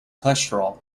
cholesterol